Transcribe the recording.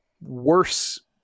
worse